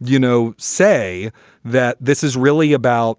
you know, say that this is really about